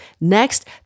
Next